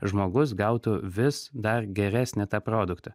žmogus gautų vis dar geresnį tą produktą